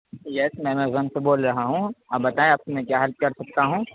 یس میں ایمزون سے بول رہا ہوں آپ بتائیں آپ کی میں کیا ہیلپ کر سکتا ہوں